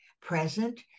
present